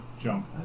jump